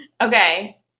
Okay